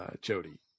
Jody